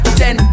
ten